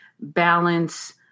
balance